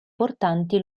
portanti